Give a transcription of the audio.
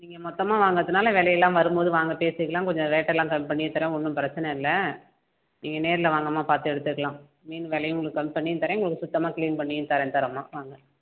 நீங்கள் மொத்தமாக வாங்கிறதுனால விலையெல்லாம் வரும்போது வாங்க பேசிக்கலாம் கொஞ்சம் ரேட்டெல்லாம் கம்மிப் பண்ணியே தரேன் ஒன்று பிரச்சனை இல்லை நீங்கள் நேர்ல வாங்கம்மா பார்த்து எடுத்துக்கலாம் மீன் விலையும் உங்களுக்கு கம்மி பண்ணியும் தரேன் உங்களுக்கு சுத்தமாக க்ளீன் பண்ணியும் தரேன் தரேம்மா வாங்க